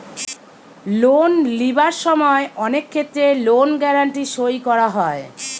loan লিবার সময় অনেক ক্ষেত্রে লোন গ্যারান্টি সই করা হয়